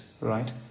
right